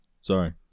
Sorry